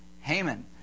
Haman